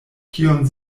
kion